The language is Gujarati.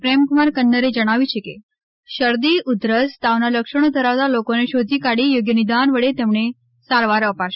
પ્રેમકુમાર કન્નરે જણાવ્યુંય છે કે શરદી ઉધરસ તાવના લક્ષણો ધરાવતા લોકોને શોધી કાઢી યોગ્યક નિદાન વડે તેમણે સારવાર અપાશે